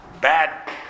bad